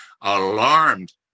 alarmed